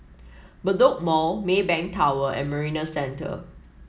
Bedok Mall Maybank Tower and Marina Centre